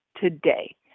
today